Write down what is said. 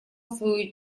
свою